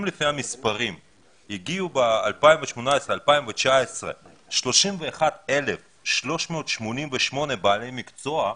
אם לפי המספרים בשנת 2018-2019 הגיעו לישראל 31,388 בעלי מקצוע,